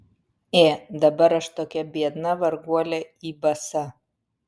ė dabar aš tokia biedna varguolė į basa